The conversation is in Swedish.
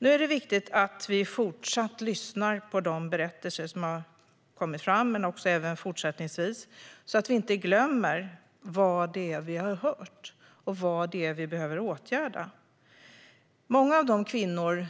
Nu är det viktigt att vi fortsätter att lyssna på de berättelser som har kommit fram, så att vi inte glömmer vad vi har hört och vad vi behöver åtgärda. Många av de utsatta kvinnorna